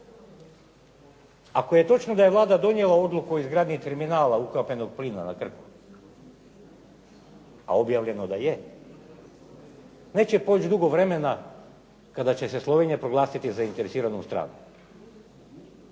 Ako je točno da je Vlada donijela odluku o izgradnji terminala ukapljenog plina na Krku, a objavljeno je da je, neće proći dugo vremena kada će se Slovenija proglasiti zainteresiranom stranom.